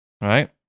right